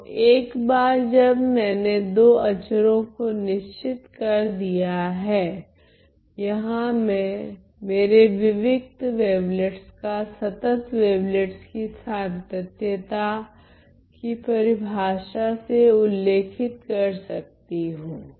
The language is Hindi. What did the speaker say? तो एक बार जब मैंने दो अचरो को निश्चित कर दिया है यहाँ मैं मेरे विविक्त वेवलेट्स को सतत् वेवलेट्स कि सांतत्यता कि परिभाषा से उल्लेखित कर सकती हूँ